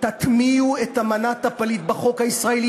תטמיעו את אמנת הפליט בחוק הישראלי.